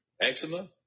eczema